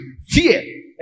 fear